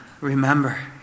remember